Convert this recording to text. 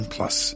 Plus